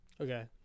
okay